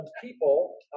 people